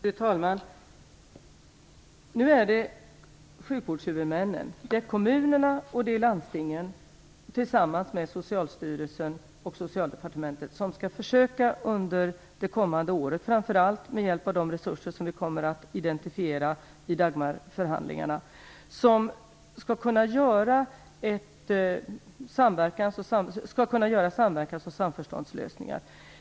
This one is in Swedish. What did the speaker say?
Fru talman! Nu skall sjukvårdshuvudmännen, kommunerna och landstingen, tillsammans med Socialstyrelsen och Socialdepartementet försöka under det kommande året, framför allt med hjälp av de resurser som vi kommer att identifiera vid Dagmarförhandlingarna, nå samverkans och samförståndslösningar.